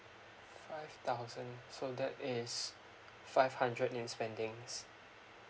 five thousand so that is five hundred in spendings